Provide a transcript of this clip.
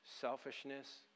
selfishness